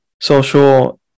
social